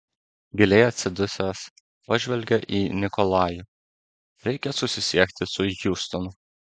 giliai atsidusęs pažvelgė į nikolajų reikia susisiekti su hjustonu